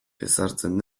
ezartzen